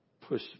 push